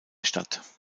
stadt